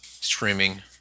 streaming